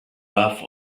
have